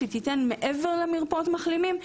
שמעבר למרפאות המחלימים,